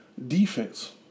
Defense